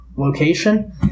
Location